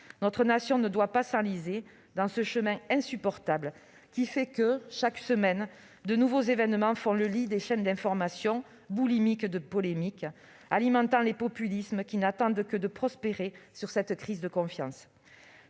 Notre Nation ne doit pas s'enliser dans ce chemin insupportable qui fait que, chaque semaine, de nouveaux événements alimentent les chaînes d'information, boulimiques de polémiques, et font le lit des populismes qui n'attendent que de prospérer sur cette crise de confiance.